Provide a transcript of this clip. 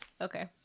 Okay